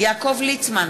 יעקב ליצמן,